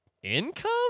Income